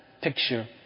picture